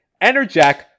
Enerjack